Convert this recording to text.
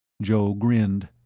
joe grinned.